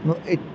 એક